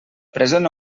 present